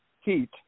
heat